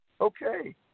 Okay